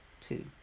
two